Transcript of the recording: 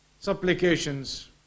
supplications